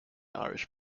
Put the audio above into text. irish